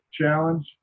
challenge